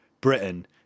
Britain